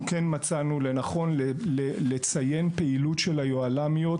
כן מצאנו לנכון לציין פעילויות משמעותיות של היוהל"מיות